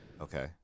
Okay